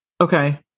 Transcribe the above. Okay